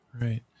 right